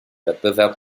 wettbewerb